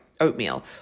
Oatmeal